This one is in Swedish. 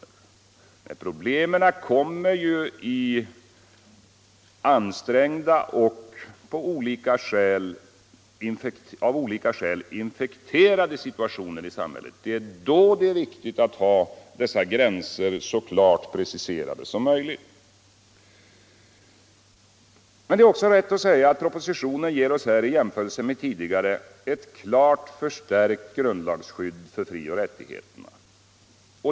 Men pro= == I blemen kommer i ansträngda och av olika skäl infekterade situationer — Frioch rättigheter i samhället. Det är då det är viktigt att ha dessa gränser så klart pre = i grundlag ciserade. Propositionen ger oss här i jämförelse med tidigare ett klart förstärkt grundlagsskydd för frioch rättigheterna.